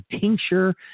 tincture